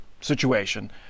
situation